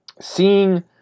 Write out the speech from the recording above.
seeing